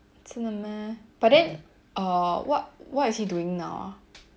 真的 meh but then uh what what is he doing now ah